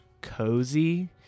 cozy